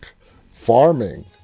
farming